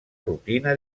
rutina